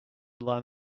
learn